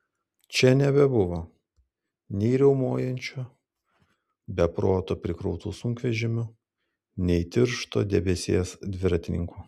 čia nebebuvo nei riaumojančių be proto prikrautų sunkvežimių nei tiršto debesies dviratininkų